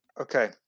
Okay